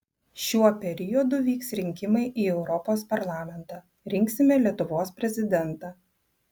šiuo periodu vyks rinkimai į europos parlamentą rinksime lietuvos prezidentą